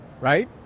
right